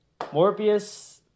Morbius